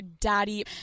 Daddy